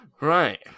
Right